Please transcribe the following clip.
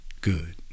Good